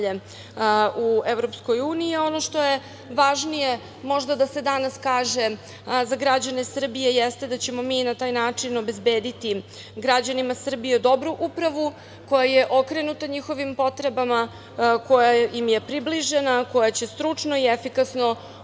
u EU.Ono što je važnije možda, da se danas kaže, za građane Srbije jeste da ćemo mi na taj način obezbediti građanima Srbije dobru upravu koja je okrenuta njihovim potrebama, koja im je približena, koja će stručno i efikasno